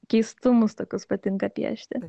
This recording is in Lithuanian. keistumus tokius patinka piešti